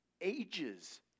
ages